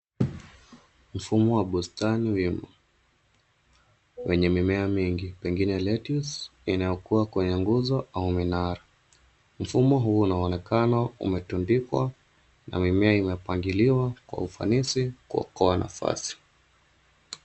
Mfumo wa bustani wenye mimea mengi pengine lettuce inayokuwa kwenye nguzo au minara. Mfumo huu unaonekana umetundikwa na mimea imepangiliwa kwa ufanisi kuokoa nafasi.